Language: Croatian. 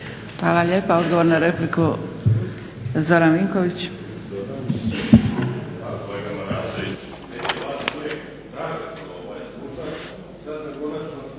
Hvala lijepa. Odgovor na repliku Zoran Vinković.